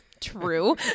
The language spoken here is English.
true